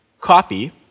copy